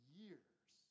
years